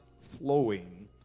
flowing